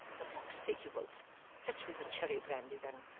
a pox take you both fetch me the cherry brandy then.